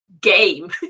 game